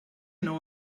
know